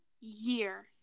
year